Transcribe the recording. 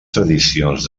tradicions